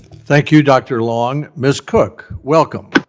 thank you, dr. long. ms. cook, welcome.